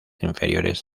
inferiores